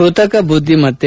ಕೃತಕಬುದ್ದಿಮತ್ತೆ